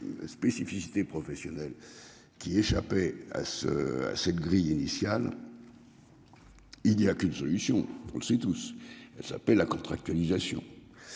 des. Spécificités professionnelles qui échappaient à ce à cette grille initiale. Il y a qu'une solution, on le sait tous, elle s'appelle la contractualisation.